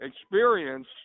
experience